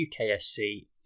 UKSC